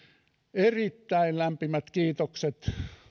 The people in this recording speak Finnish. erittäin lämpimät kiitokset